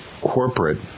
corporate